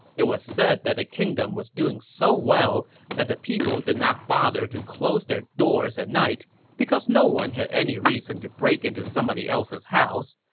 it was said that the kingdom was doing so well that the people did not bother to close their doors at night because no one had any reason to break into somebody else's house,